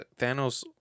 Thanos